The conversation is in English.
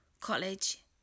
college